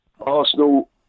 Arsenal